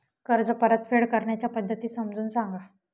कर्ज परतफेड करण्याच्या पद्धती समजून सांगा